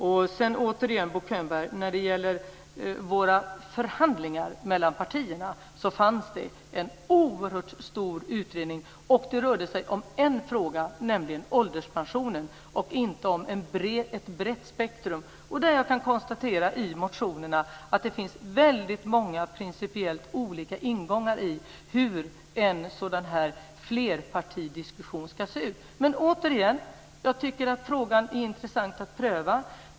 Och återigen, Bo Könberg: När det gäller våra förhandlingar mellan partierna fanns det en oerhört stor utredning. Det rörde sig också om en fråga, nämligen ålderspensionen, och inte om ett brett spektrum. Jag kan också konstatera i motionerna att det finns väldigt många principiellt olika ingångar till hur en sådan här flerpartidiskussion ska se ut. Jag vill dock återigen säga att jag tycker att frågan är intressant att pröva.